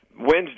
Wednesday